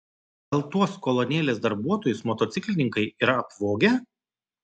gal tuos kolonėlės darbuotojus motociklininkai yra apvogę